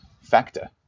factor